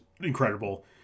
incredible